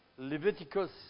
Leviticus